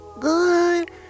good